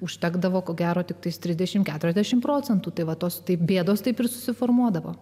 užtekdavo ko gero tiktai trisdešimt keturiasdešimt procentų tai vatos taip bėdos taip ir susiformuodavo